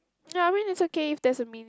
ya I mean it's okay if there's a mean